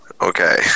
Okay